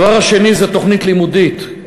הדבר השני זה תוכנית לימודית.